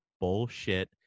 bullshit